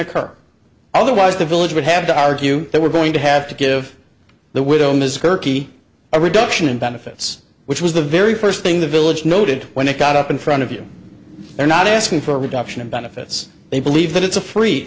occur otherwise the village would have to argue that we're going to have to give the widow ms herky a reduction in benefits which was the very first thing the village noted when they got up in front of you they're not asking for a reduction in benefits they believe that it's a free